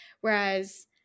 Whereas